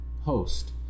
host